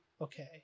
okay